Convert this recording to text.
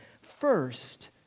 first